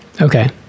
Okay